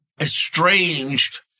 estranged